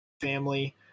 family